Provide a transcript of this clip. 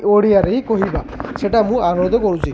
ଓଡ଼ିଆରେ ହିଁ କହିବା ସେଟା ମୁଁ ଆନୋଦ କରୁଛି